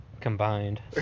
Combined